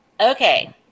okay